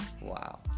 Wow